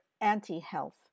anti-health